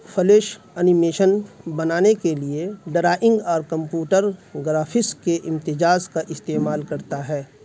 flash animation بنانے کے لیے ڈرائنگ اور کمپوٹر گرافس کے امتزاج کا استعمال کرتا ہے